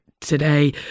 today